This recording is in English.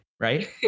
Right